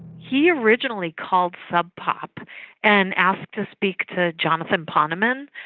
he originally called sub pop and asked to speak to jonathan poneman,